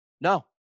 No